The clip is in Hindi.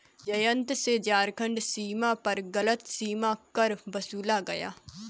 जयंत से झारखंड सीमा पर गलत सीमा कर वसूला गया